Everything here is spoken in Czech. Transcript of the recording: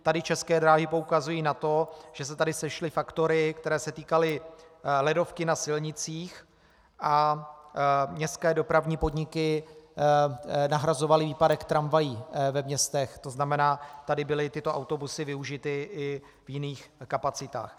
Tady České dráhy poukazují na to, že se tady sešly faktory, které se týkaly ledovky na silnicích, a městské dopravní podniky nahrazovaly výpadek tramvají ve městech, to znamená tady byly tyto autobusy využity i v jiných kapacitách.